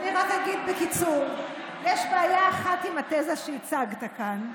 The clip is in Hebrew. אני רק אגיד בקיצור: יש בעיה אחת עם התזה שהצגת כאן,